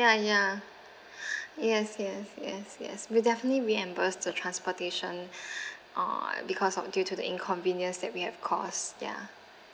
ya ya yes yes yes yes will definitely reimburse the transportation uh because of due to the inconvenience that we have caused ya